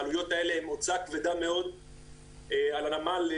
העלויות האלה הן הוצאה כבדה מאוד על המפעל.